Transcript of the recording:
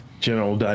general